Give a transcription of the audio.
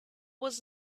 was